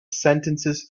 sentences